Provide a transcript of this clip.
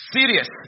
Serious